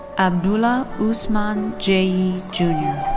abdoulie ousman njie junior.